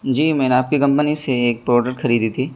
جی میں نے آپ کے کمپنی سے ایک پروڈکٹ خریدی تھی